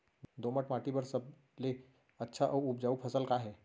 दोमट माटी बर सबले अच्छा अऊ उपजाऊ फसल का हे?